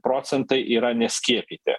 procentai yra neskiepyti